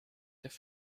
their